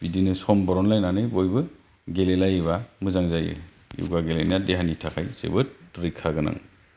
बिदिनो सम बरलायनानै बयबो गेलेलायोब्ला मोजां जायो योगा गेलेनाया देहानि थाखाय जोबोद रैखा गोनां